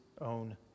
own